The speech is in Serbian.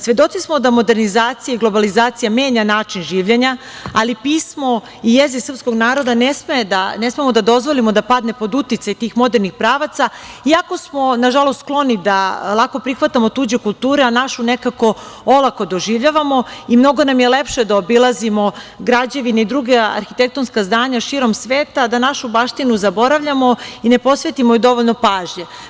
Svedoci smo da modernizacija i globalizacija menja način življenja, ali pismo i jezik srpskog naroda ne smemo da dozvolimo da padne pod uticaj tih modernih pravaca, iako smo, nažalost, skloni da lako prihvatamo tuđe kulture, a našu nekako olako doživljavamo i mnogo nam je lepše da obilazimo građevine i druga arhitektonska zdanja širom sveta, da našu baštinu zaboravljamo i ne posvetimo joj dovoljno pažnje.